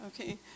okay